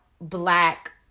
black